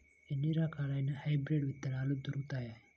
ఎన్ని రకాలయిన హైబ్రిడ్ విత్తనాలు దొరుకుతాయి?